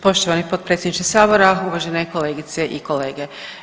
Poštovani potpredsjedniče Sabora, uvažene kolegice i kolege.